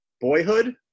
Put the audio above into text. Boyhood